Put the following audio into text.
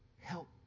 Help